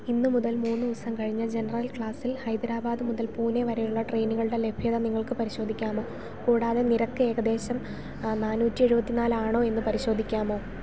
ഇന്ന് മുതൽ മൂന്ന് ദിവസം കഴിഞ്ഞ് ജനറൽ ക്ലാസിൽ ഹൈദരാബാദ് മുതൽ പൂനെ വരെയുള്ള ട്രെയിനുകളുടെ ലഭ്യത നിങ്ങൾക്ക് പരിശോധിക്കാമോ കൂടാതെ നിരക്ക് ഏകദേശം നാനൂറ്റി എഴുപത്തിനാലാണോയെന്ന് പരിശോധിക്കാമോ